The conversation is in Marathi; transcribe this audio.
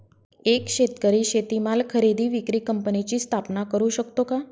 एक शेतकरी शेतीमाल खरेदी विक्री कंपनीची स्थापना करु शकतो का?